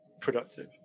productive